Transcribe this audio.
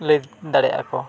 ᱞᱮᱠ ᱫᱟᱲᱮᱭᱟᱜ ᱟᱠᱚ